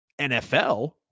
NFL